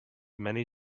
many